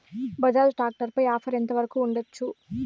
Bajaj tractor పై offer ఎంత వరకు ఉండచ్చు?